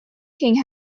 king